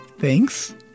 Thanks